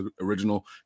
original